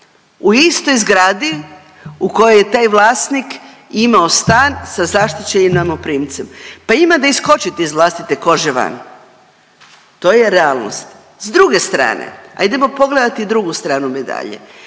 u istoj zgradi u kojoj je taj vlasnik imao stan sa zaštićenim najmoprimcem, pa ima da iskočite iz vlastite kože van. To je realnost. S druge strane, ajdemo pogledati drugu stranu medalje,